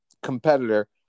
competitor